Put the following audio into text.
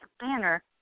banner